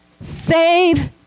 Save